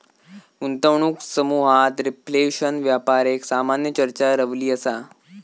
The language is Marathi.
गुंतवणूक समुहात रिफ्लेशन व्यापार एक सामान्य चर्चा रवली असा